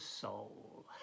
soul